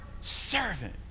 servant